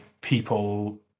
people